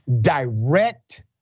direct